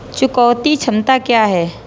चुकौती क्षमता क्या है?